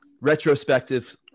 retrospective